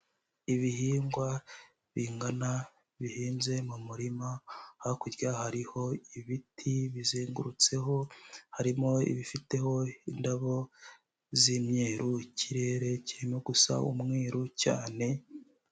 Ibihingwa bingana, bihinze mu murima. Hakurya hariho ibiti bizengurutseho, harimo ibifite indabo z'imyeru, ikirere kirimo gusa umweru cyane.